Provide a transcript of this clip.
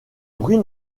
bruit